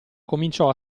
cominciò